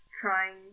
trying